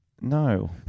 No